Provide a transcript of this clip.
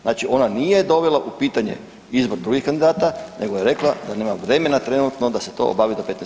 Znači ona nije dovela u pitanje izbor drugih kandidata nego je rekla da nema vremena trenutno da se to obavi do 15.7.